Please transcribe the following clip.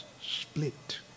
split